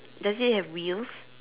does it have wheels